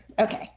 Okay